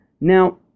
Now